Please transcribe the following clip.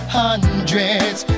hundreds